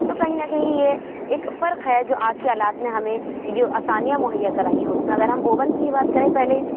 تو کہیں نہ کہیں یہ ایک فرق ہے جو آج کے آلات نے ہمیں جو آسانیاں مہیا کرائیں ہیں اس میں اگر ہم اوون کی ہی بات کریں پہلے